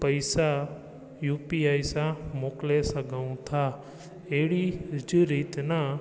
पइसा U P I सां मोकिले सघूं था अहिड़ी रीति न